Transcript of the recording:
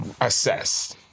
assess